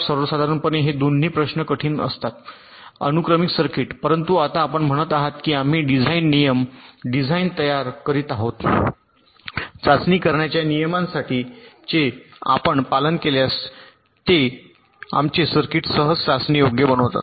सर्वसाधारणपणे हे दोन्ही प्रश्न कठीण असतात अनुक्रमिक सर्किट परंतु आता आपण म्हणत आहात की आम्ही काही डिझाइन नियम डिझाइन तयार करीत आहोत चाचणी करण्याच्या नियमांसाठी जे आपण पालन केल्यास ते आमचे सर्किट्स सहज चाचणी योग्य बनवतात